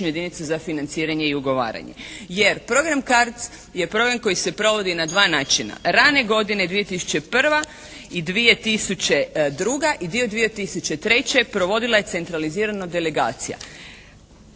jedinicu za financiranje i ugovaranje jer program CARDS je program koji se provodi na dva načina. Rane godine 2001. i 2002. i dio 2003. provodila je centralizirano delegacija.